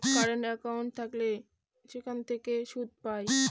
current account থাকলে সেখান থেকে সুদ পায়